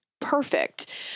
perfect